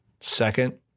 Second